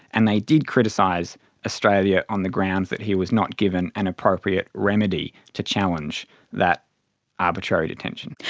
and they did criticise australia on the grounds that he was not given an appropriate remedy to challenge that arbitrary detention.